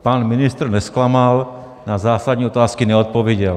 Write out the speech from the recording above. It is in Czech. Pan ministr nezklamal, na zásadní otázky neodpověděl.